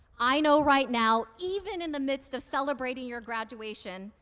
i know right now, even in the midst of celebrating your graduation,